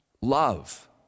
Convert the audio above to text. love